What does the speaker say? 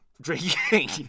Drinking